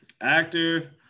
Actor